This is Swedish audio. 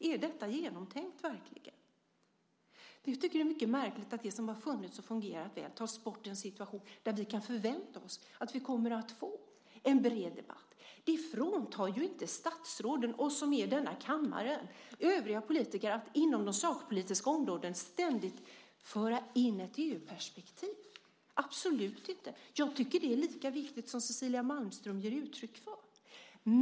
Är detta verkligen genomtänkt? Det är mycket märkligt att det som har funnits och fungerat väl tas bort i en situation där vi kan förvänta oss att vi kommer att få en bred debatt. Det fråntar ju inte statsråden, oss som är i denna kammare och övriga politiker att inom de sakpolitiska områdena ständigt föra in ett EU-perspektiv, absolut inte. Jag tycker att det är lika viktigt som det Cecilia Malmström ger uttryck för.